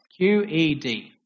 QED